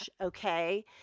Okay